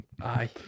aye